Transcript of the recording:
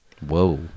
Whoa